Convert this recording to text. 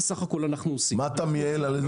איפה הייעול?